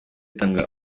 itanga